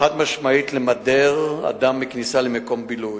חד-משמעית, למדר אדם בכניסה למקום בילוי.